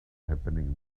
happening